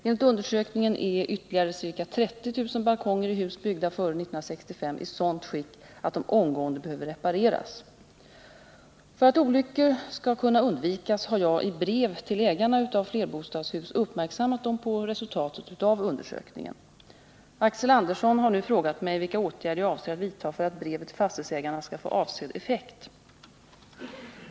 Enligt undersökningen är ytterligare ca 30 000 balkonger i hus byggda före år 1965 i sådant skick att de omgående behöver repareras. För att olyckor skall kunna undvikas har jag i brev till ägarna av flerbostadshus uppmärksammat dem på resultatet av undersökningen. Axel Andersson har nu frågat mig vilka åtgärder jag avser att vidta för att brevet till fastighetsägarna skall få avsedd effekt.